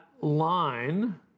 line